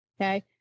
Okay